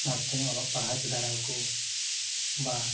ᱢᱚᱡᱽᱛᱮᱧ ᱚᱞᱚᱜ ᱯᱟᱲᱦᱟᱣ ᱚᱪᱚ ᱫᱟᱲᱮᱣᱟᱠᱚ ᱵᱟ